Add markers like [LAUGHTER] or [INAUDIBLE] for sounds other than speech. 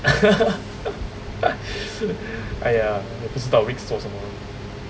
[LAUGHS] !aiya! 我不知道 week 做什么的